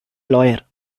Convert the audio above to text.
lawyer